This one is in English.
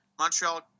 Montreal